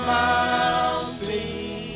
mountains